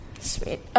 Sweet